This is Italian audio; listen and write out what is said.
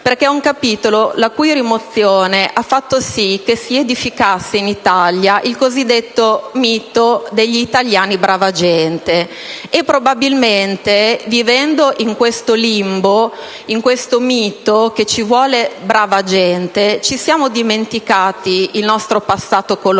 perché la sua rimozione ha fatto sì che in Italia si edificasse il cosiddetto mito degli «italiani brava gente». Probabilmente, vivendo in questo limbo, in questo mito che ci vuole brava gente, ci siamo dimenticati del nostro passato coloniale